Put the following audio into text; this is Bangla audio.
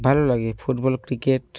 ভালো লাগে ফুটবল ক্রিকেট